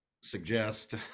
suggest